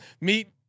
meet